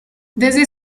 desde